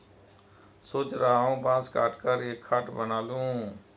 सोच रहा हूं बांस काटकर एक खाट बना लूं